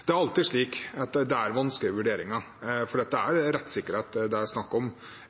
Det er alltid vanskelige vurderinger, for dette er snakk om